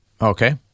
okay